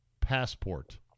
Passport